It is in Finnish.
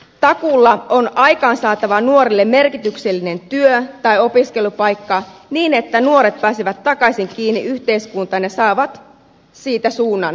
takuulla on aikaansaatava nuorille merkityksellinen työ tai opiskelupaikka niin että nuoret pääsevät takaisin kiinni yhteiskuntaan ja saavat siitä suunnan elämälleen